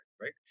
right